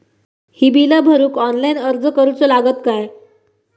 ही बीला भरूक ऑनलाइन अर्ज करूचो लागत काय?